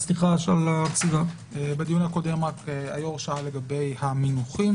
בדיון הקודם היו"ר שאל לגבי המינוחים